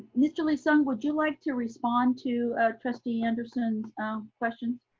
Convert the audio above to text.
mr. lee-sung, would you like to respond to trustee anderson's questions